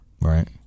Right